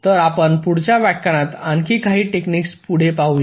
तर आपण पुढच्या व्याख्यानात आणखी काही टेक्निक्स पुढे घेऊया